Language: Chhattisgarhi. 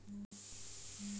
पशु मन ला कतना आहार देना चाही?